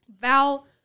Val